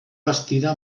bastida